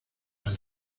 años